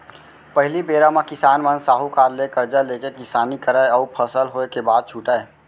पहिली बेरा म किसान मन साहूकार ले करजा लेके किसानी करय अउ फसल होय के बाद छुटयँ